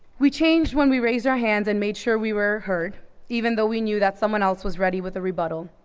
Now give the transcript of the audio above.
we changed when we raised our hands and made sure we were heard even though we knew that someone else was ready with a rebuttal.